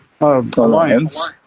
Alliance